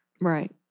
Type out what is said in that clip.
Right